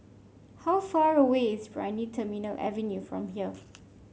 how far away is Brani Terminal Avenue from here